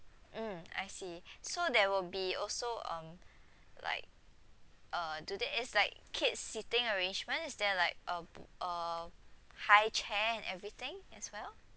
mm I see so there will be also um like uh do there is like kids seating arrangement is there like uh uh high chair and everything as well